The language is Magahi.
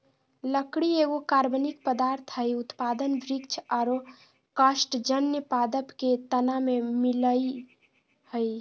लकड़ी एगो कार्बनिक पदार्थ हई, उत्पादन वृक्ष आरो कास्टजन्य पादप के तना में मिलअ हई